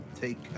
take